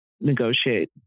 negotiate